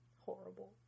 horrible